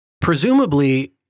presumably